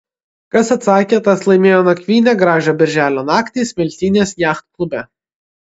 kas atsakė tas laimėjo nakvynę gražią birželio naktį smiltynės jachtklube